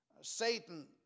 Satan